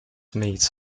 meets